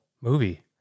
movie